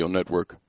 Network